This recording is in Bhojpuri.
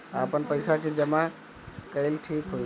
आपन पईसा के जमा कईल ठीक होई?